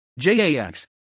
JAX